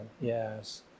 Yes